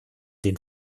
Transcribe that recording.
den